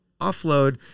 offload